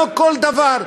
לא כל דבר.